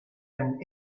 and